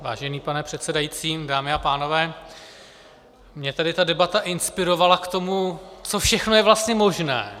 Vážený pane předsedající, dámy a pánové, mě tady ta debata inspirovala k tomu, co všechno je vlastně možné.